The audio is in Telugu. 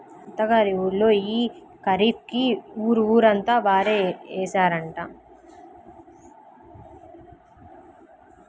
మా అత్త గారి ఊళ్ళో యీ ఖరీఫ్ కి ఊరు ఊరంతా వరే యేశారంట